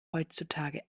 heutzutage